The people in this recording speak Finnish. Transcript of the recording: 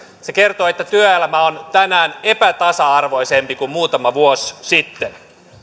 se kertoo että työelämä on tänään epätasa arvoisempi kuin muutama vuosi sitten